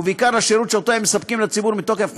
ובעיקר לשירות שהם מספקים לציבור מתוקף חוק,